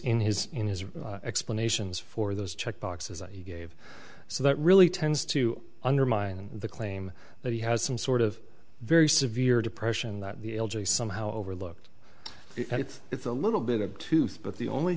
in his in his explanations for those check boxes i gave so that really tends to undermine the claim that he has some sort of very severe depression that somehow overlooked it's a little bit of tooth but the only